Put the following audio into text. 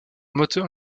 moteur